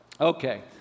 Okay